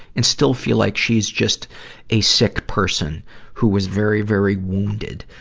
and still feel like, she's just a sick person who was very, very wounded.